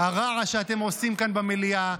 הרעש שאתם עושים כאן במליאה,